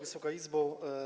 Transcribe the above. Wysoka Izbo!